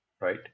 right